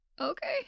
Okay